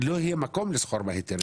לא יהיה מקום לסחור בהיתרים.